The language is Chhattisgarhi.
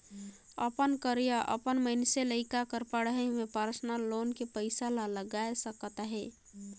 अपन कर या अपन मइनसे लइका कर पढ़ई में परसनल लोन के पइसा ला लगाए सकत अहे